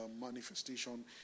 manifestation